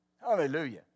Hallelujah